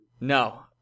No